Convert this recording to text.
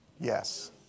Yes